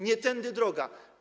Nie tędy droga.